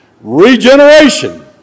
regeneration